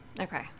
Okay